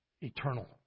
Eternal